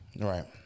Right